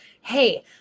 hey